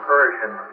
Persian